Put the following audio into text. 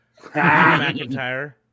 McIntyre